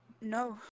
No